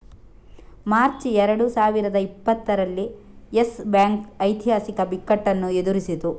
March ಎರಡು ಸಾವಿರದ ಇಪ್ಪತ್ತರಲ್ಲಿ ಯೆಸ್ ಬ್ಯಾಂಕ್ ಐತಿಹಾಸಿಕ ಬಿಕ್ಕಟ್ಟನ್ನು ಎದುರಿಸಿತು